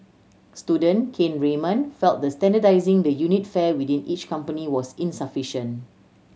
student Kane Raymond felt that standardising the unit fare within each company was insufficiention